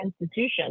institutions